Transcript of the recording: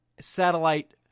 satellite